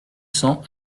cents